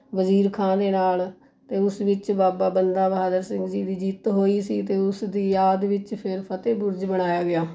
ਵਜ਼ੀਰ ਖਾਂ ਦੇ ਨਾਲ ਅਤੇ ਉਸ ਵਿੱਚ ਬਾਬਾ ਬੰਦਾ ਬਹਾਦਰ ਸਿੰਘ ਜੀ ਦੀ ਜਿੱਤ ਹੋਈ ਸੀ ਅਤੇ ਉਸਦੀ ਯਾਦ ਵਿੱਚ ਫਿਰ ਫਤਿਹ ਬੁਰਜ ਬਣਾਇਆ ਗਿਆ